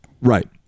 right